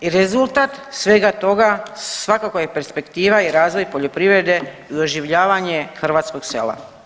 I rezultat svega toga svakako je perspektiva i razvoj poljoprivrede za oživljavanje hrvatskog sela.